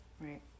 right